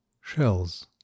Shells